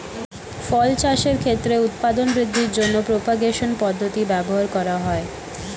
ফল চাষের ক্ষেত্রে উৎপাদন বৃদ্ধির জন্য প্রপাগেশন পদ্ধতি ব্যবহার করা হয়